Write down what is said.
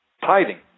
Tithing